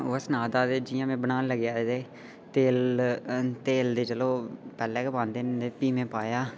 ओह् सनादा हा कि जि'यां में बनान लगेआं इ'दे च तेल ते तेल चलो पैह्लें गै पांदे न फ्ही में पाया